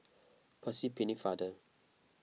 Percy Pennefather